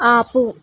ఆపు